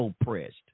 oppressed